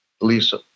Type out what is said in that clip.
Lisa